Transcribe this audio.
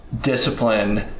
discipline